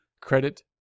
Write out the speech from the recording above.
credit